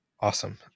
Awesome